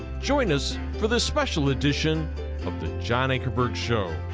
join us for this special edition of the john ankerberg show.